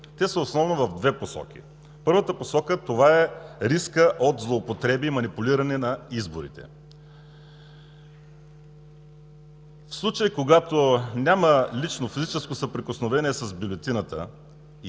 Те са основно в две посоки. Първата посока е рискът да злоупотреби и манипулиране на изборите. В случаи, когато няма лично физическо съприкосновение с бюлетината и